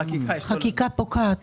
החקיקה פוקעת.